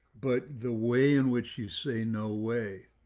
but the way in which you say no way.